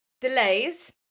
delays